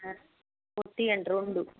పొట్టివండి రెండు